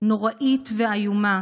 נוראית ואיומה.